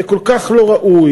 זה כל כך לא ראוי,